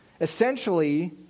Essentially